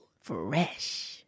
Fresh